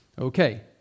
Okay